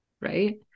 right